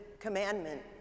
commandment